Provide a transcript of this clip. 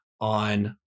on